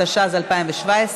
התשע"ז 2017,